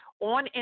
on